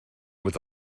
with